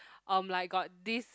um like got this